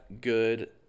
good